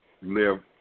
live